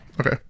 Okay